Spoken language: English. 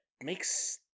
makes